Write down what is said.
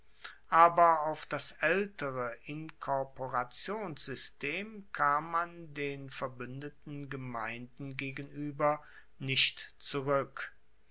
aber auf das aeltere inkorporationssystem kam man den verbuendeten gemeinden gegenueber nicht zurueck